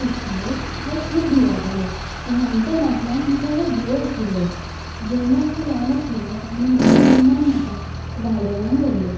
उंचायेक हांव खूब भियेतालें ल्हानपणांतल्यान म्हाका हो भंय आशिल्लो जेन्ना हांव ल्हान आशिल्लें आनी म्हज्या मम्मान म्हाका गार्डनान व्हेल्लें